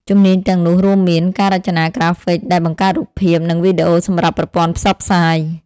ជំនាញទាំងនោះរួមមាន ការរចនាក្រាហ្វិក ដែលបង្កើតរូបភាព និងវីដេអូសម្រាប់ប្រព័ន្ធផ្សព្វផ្សាយ។